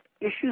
issues